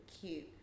cute